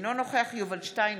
אינו נוכח יובל שטייניץ,